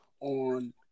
on